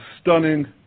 stunning